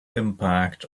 impact